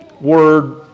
word